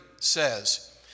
says